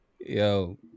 Yo